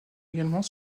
également